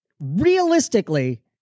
realistically